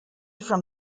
from